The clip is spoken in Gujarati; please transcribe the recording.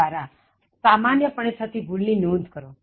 દ્વારા આ સામાન્ય પણે થતી ભૂલ ની નોંધ કરો